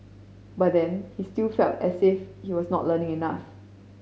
but then he still felt as if he was not learning enough